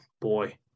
boy